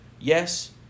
Yes